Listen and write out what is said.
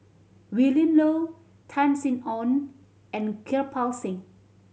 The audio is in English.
Willin Low Tan Sin Aun and Kirpal Singh